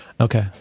Okay